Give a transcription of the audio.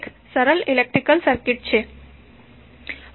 તો તે એક સરળ ઇલેક્ટ્રિકલ સર્કિટ છે